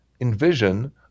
envision